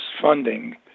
funding